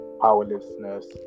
Powerlessness